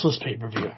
pay-per-view